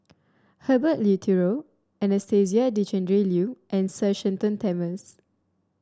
Herbert Eleuterio Anastasia Tjendri Liew and Sir Shenton Thomas